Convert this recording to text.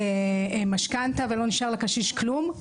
שלאחריה לא נשאר לקשיש כלום,